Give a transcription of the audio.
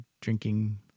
drinking